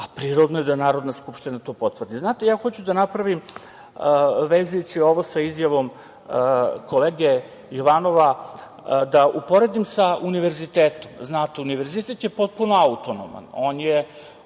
a prirodno je da Narodna skupština to potvrdi. Znate, ja hoću, vezujući ovo sa izjavom kolege Jovanova, da uporedim sa univerzitetom. Znate, univerzitet je potpuno autonoman.